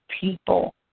people